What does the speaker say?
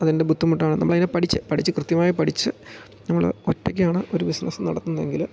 അതിൻ്റെ ബുദ്ധിമുട്ടാണ് നമ്മളതിനെ പഠിച്ച് പഠിച്ച് കൃത്യമായി പഠിച്ച് നമ്മൾ ഒറ്റയ്ക്കാണ് ഒരു ബിസ്നസ്സ് നടത്തുന്നതെങ്കിൽ